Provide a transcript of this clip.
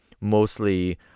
mostly